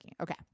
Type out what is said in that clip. Okay